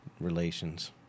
relations